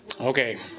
okay